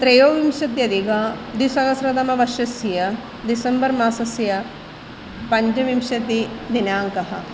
त्रयोविंशत्यधिकं द्विसहस्रतमवर्षस्य डिसम्बर् मासस्य पञ्चविंशतिदिनाङ्कः